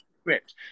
script